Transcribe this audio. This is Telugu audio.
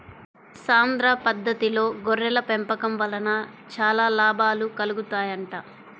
సాంద్ర పద్దతిలో గొర్రెల పెంపకం వలన చాలా లాభాలు కలుగుతాయంట